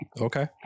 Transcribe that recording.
Okay